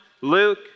Luke